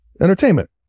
entertainment